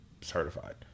certified